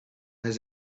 has